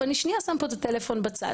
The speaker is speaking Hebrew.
ואני לשנייה שם פה את הפלאפון בצד.